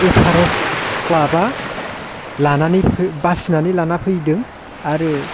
Everest क्लाबा लानानै बासिनानै लाना फैदों आरो